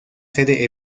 sede